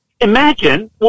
Imagine